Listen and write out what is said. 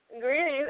Greetings